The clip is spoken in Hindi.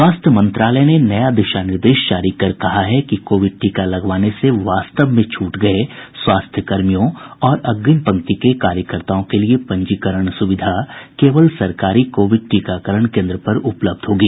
स्वास्थ्य मंत्रालय ने नया दिशा निर्देश जारी कर कहा है कि कोविड टीका लगवाने से वास्तव में छूट गए स्वास्थ्य कर्मियों और अग्रिम पंक्ति के कार्यकर्ताओं को लिए पंजीकरण सुविधा केवल सरकारी कोविड टीकाकरण केंद्र पर उपलब्ध होगी